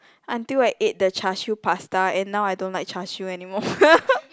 until I ate the Char-Siew pasta and now I don't like Char-Siew anymore